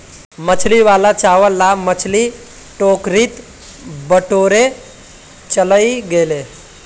मछली वाला बचाल ला मछली टोकरीत बटोरे चलइ गेले